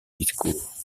discours